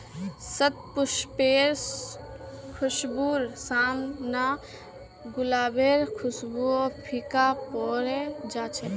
शतपुष्पेर खुशबूर साम न गुलाबेर खुशबूओ फीका पोरे जा छ